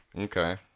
okay